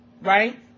Right